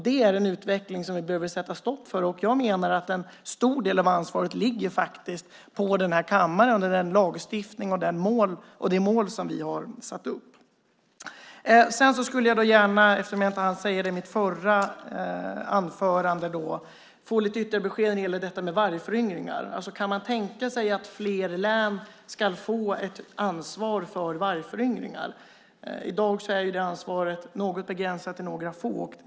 Det är en utveckling som vi behöver sätta stopp för. Jag menar att en stor del av ansvaret faktiskt ligger på den här kammaren när det gäller den lagstiftning och det mål som vi har satt upp. Sedan skulle jag gärna - jag hann inte säga det i mitt förra inlägg - vilja få lite ytterligare besked när det gäller detta med vargföryngringar. Kan man tänka sig att fler län ska få ett ansvar för vargföryngringar? I dag är det ansvaret begränsat till några få.